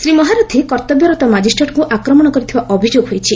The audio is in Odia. ଶ୍ରୀ ମହାରଥୀ କର୍ତ୍ତବ୍ୟରତ ମାଜିଷ୍ଟ୍ରେଟ୍ଙ୍କୁ ଆକ୍ରମଣ କରିଥିବା ଅଭିଯୋଗ ହୋଇଛି